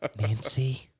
Nancy